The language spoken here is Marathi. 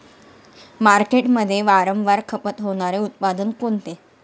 मार्केटमध्ये वारंवार खपत होणारे उत्पादन कोणते?